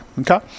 Okay